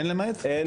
אין למעט.